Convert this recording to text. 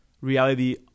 reality